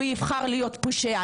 הוא יבחר להיות פושע.